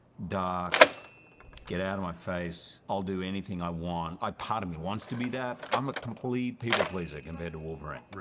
dark get out of my face, i'll do anything i want. part of me wants to be that. i'm a complete people pleaser compared to wolverine.